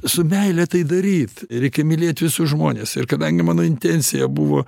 su meile tai daryt reikia mylėt visus žmones ir kadangi mano intencija buvo